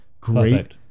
Great